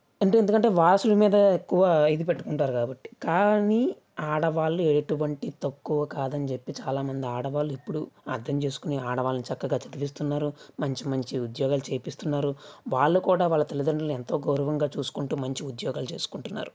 అంటే ఎందుకంటే వారసుల మీద ఎక్కువ ఇది పెట్టుకుంటారు కాబట్టి కానీ ఆడవాళ్ళు ఎటువంటి తక్కువ కాదని చెప్పి చాలామంది ఆడవాళ్ళు ఇప్పుడు అర్థం చేసుకుని ఆడవాళ్ళని చక్కగా చదివిస్తున్నారు మంచి మంచి ఉద్యోగాలు చేయిస్తున్నారు వాళ్ళు కూడా వాళ్ళ తల్లిదండ్రులని ఎంతో గౌరవంగా చూసుకుంటూ మంచి ఉద్యోగాలు చేసుకుంటున్నారు